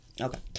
Okay